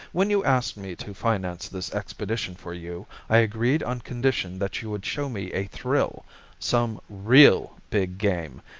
when you asked me to finance this expedition for you, i agreed on condition that you would show me a thrill some real big game,